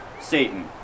Satan